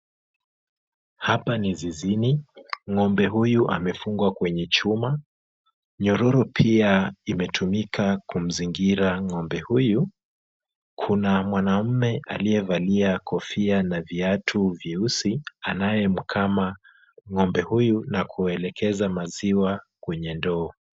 Hapa ni zizini. Ng'ombe huyu amefungwa kwenye chuma. Nyororo pia imetumika kumzingira ng'ombe huyu. Kuna mwanamume aliyevalia kofia na viatu vyeusi, anayemkama ng'ombe huyu na kuelekeza maziwa kwenye ndoo.